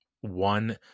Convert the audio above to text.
one